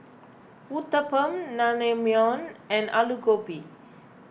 Uthapam Naengmyeon and Alu Gobi